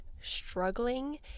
struggling